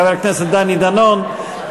חבר הכנסת דני דנון,